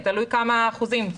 תלוי כמה אחוזים,